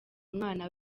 umwana